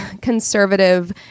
conservative